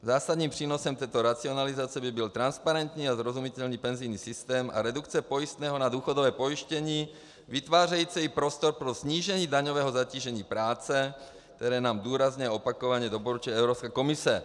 Zásadním přínosem této racionalizace by byl transparentní a srozumitelný penzijní systém a redukce pojistného na důchodové pojištění, vytvářející prostor pro snížení daňového zatížení práce, které nám důrazně a opakovaně doporučuje Evropská komise.